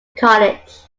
college